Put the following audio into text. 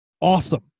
awesome